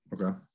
Okay